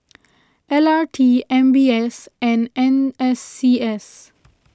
L R T M B S and N S C S